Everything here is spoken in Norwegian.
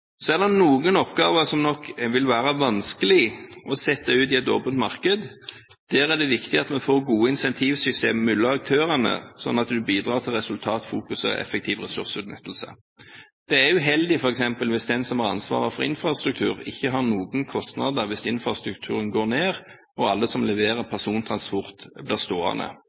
Så er det noen oppgaver som nok vil være vanskelig å sette ut i et åpent marked. Da er det viktig at vi får gode incentivsystemer mellom aktørene, sånn at en bidrar til resultatfokusering og effektiv ressursutnyttelse. Det er uheldig f.eks. hvis den som har ansvaret for infrastrukturen, ikke har noen kostnader hvis infrastrukturen svikter, og alle som leverer persontransport, blir stående.